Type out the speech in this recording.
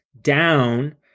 down